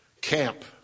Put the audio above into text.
camp